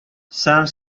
some